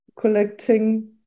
collecting